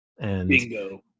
Bingo